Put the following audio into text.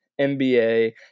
NBA